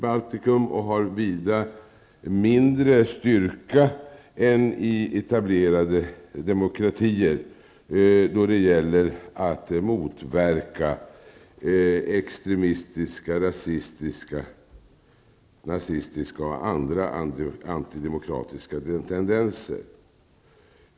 Den har vida mindre styrka än i de etablerade demokratierna då det gäller att motverka extremistiska, rasistiska, nazistiska och andra antidemokratiska tendenser.